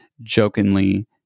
jokingly